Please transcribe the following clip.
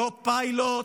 לא פיילוט,